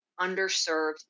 underserved